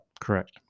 correct